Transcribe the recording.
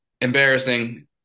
Embarrassing